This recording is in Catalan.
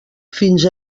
fins